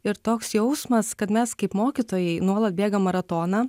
ir toks jausmas kad mes kaip mokytojai nuolat bėgam maratoną